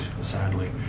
sadly